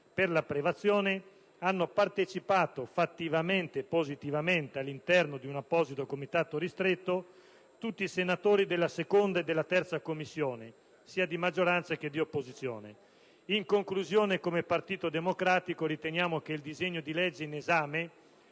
testo presentato oggi hanno partecipato fattivamente e positivamente, all'interno di un apposito Comitato ristretto, i senatori della 2a e della 3a Commissione, sia di maggioranza che di opposizione. In conclusione, come gruppo del Partito Democratico, riteniamo che il disegno di legge in esame